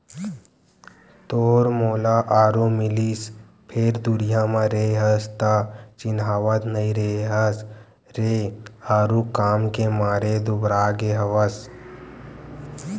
तोर मोला आरो मिलिस फेर दुरिहा म रेहे हस त चिन्हावत नइ रेहे हस रे आरुग काम के मारे दुबरागे हवस